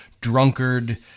drunkard